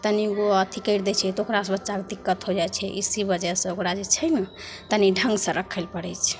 तनिगो अथी करि दै छै तऽ ओकरासे बच्चाके दिक्कत हो जाइ छै इसी वजहसे ओकरा छै ने तनी ढङ्गसे राखै ले पड़ै छै